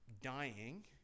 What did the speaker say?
dying